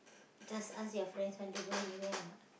just ask your friends want to go anywhere or not